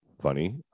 Funny